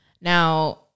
Now